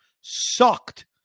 sucked